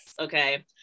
Okay